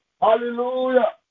Hallelujah